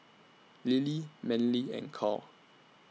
Lilie Manly and Cal